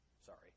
sorry